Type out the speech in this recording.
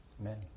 Amen